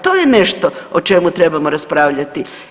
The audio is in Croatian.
To je nešto o čemu trebamo raspravljati.